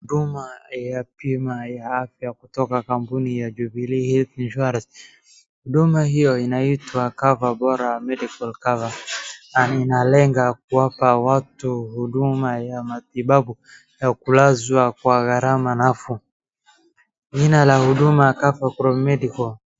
Huduma ya bima ya afya kutoka kampuni ya Jubilee Health Insurance. Huduma hiyo inaitwa Coverbora Medical Cover na inalenga kuwapa watu huduma ya matibabu ya kulazwa kwa gharama nafuu. Jina ya huduma Coverbora Medical .